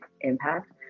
impact